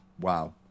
Wow